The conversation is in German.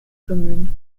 bemühen